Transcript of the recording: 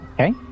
okay